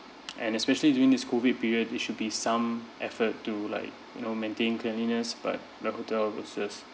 and especially during this COVID period there should be some effort to like you know maintain cleanliness but the hotel was just